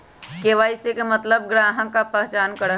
KYC के मतलब ग्राहक का पहचान करहई?